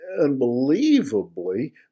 unbelievably